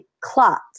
clots